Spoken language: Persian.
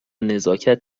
نزاکت